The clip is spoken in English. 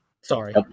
Sorry